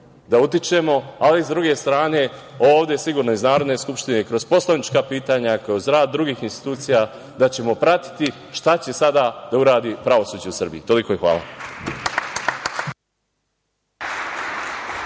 da utičemo. Sa druge strane, ovde sigurno iz Narodne skupštine kroz poslanička pitanja, kroz rad drugih institucija da ćemo pratiti šta će sada da uradi pravosuđe u Srbiji. Toliko i hvala.